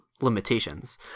limitations